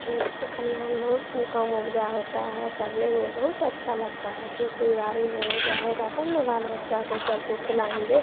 खेत खलिहान में वो काम उपजा होता है करने में बहुत अच्छा लगता है खेती बाड़ी में उपजा होगा तब ना बाल बच्चा सबको खिलाएंगे